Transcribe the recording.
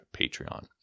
Patreon